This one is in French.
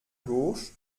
gauche